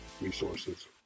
resources